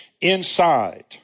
inside